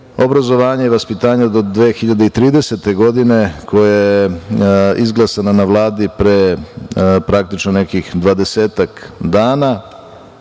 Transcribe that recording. obrazovanja i vaspitanja do 2030. godine koja je izglasana na Vladi pre, praktično, nekih dvadesetak dana.